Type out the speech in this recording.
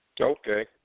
Okay